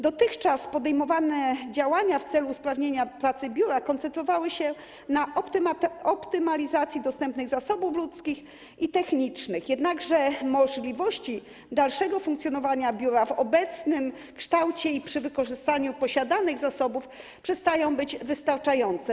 Dotychczas podejmowane działania w celu usprawnienia pracy biura koncentrowały się na optymalizacji dostępnych zasobów ludzkich i technicznych, jednakże możliwości dalszego funkcjonowania biura w obecnym kształcie i przy wykorzystaniu posiadanych zasobów przestają być wystarczające.